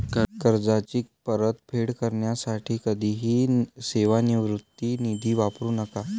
कर्जाची परतफेड करण्यासाठी कधीही सेवानिवृत्ती निधी वापरू नका